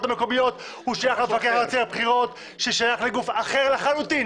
המקומיות שייך למפקח הארצי על הבחירות ששייך לגוף אחר לחלוטין,